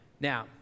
Now